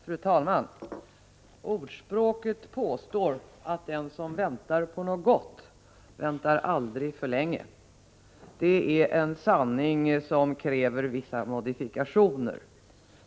Fru talman! Ordspråket påstår att den som väntar på något gott aldrig väntar för länge. Det är en sanning som kräver vissa modifikationer.